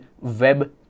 Web